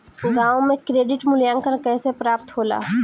गांवों में क्रेडिट मूल्यांकन कैसे प्राप्त होला?